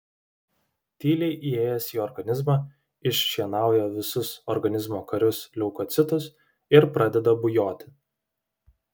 tyliai įėjęs į organizmą iššienauja visus organizmo karius leukocitus ir pradeda bujoti